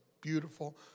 beautiful